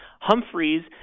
Humphreys